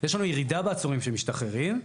יש לנו ירידה בעצורים שמשתחררים,